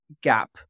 gap